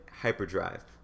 hyperdrive